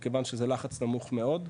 מכיוון שזה לחץ נמוך מאוד,